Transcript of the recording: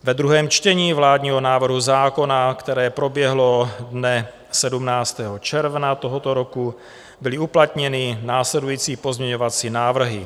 Ve druhém čtení vládního návrhu zákona, které proběhlo dne 17. června tohoto roku, byly uplatněny následující pozměňovací návrhy: